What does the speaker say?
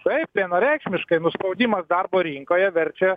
taip vienareikšmiškai nu spaudims darbo rinkoje verčia